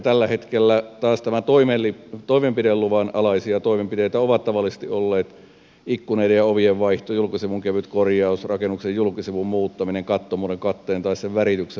tällä hetkellä taas toimenpideluvan alaisia toimenpiteitä ovat tavallisesti olleet ikkunoiden ja ovien vaihto julkisivun kevyt korjaus rakennuksen julkisivun muuttaminen kattomuodon katteen tai sen värityksen muuttaminen